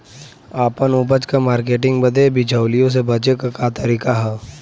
आपन उपज क मार्केटिंग बदे बिचौलियों से बचे क तरीका का ह?